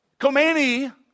Khomeini